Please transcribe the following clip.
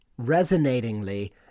Resonatingly